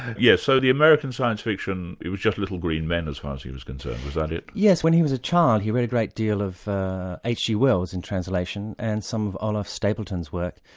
yes, so the american science fiction was just little green men, as far as he was concerned, was that it? yes. when he was a child he read a great deal of h. g. wells, in translation, and some of olaf stapleton's work,